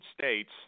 states